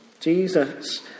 Jesus